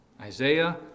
Isaiah